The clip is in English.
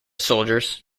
soldiers